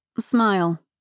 Smile